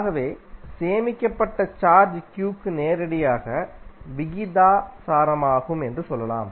ஆகவே சேமிக்கப்பட்ட charge q க்கு நேரடியாக விகிதாசாரமாகும் என்று சொல்லலாம்